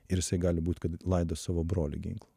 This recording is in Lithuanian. ir gali būt kad laidos savo brolį ginklo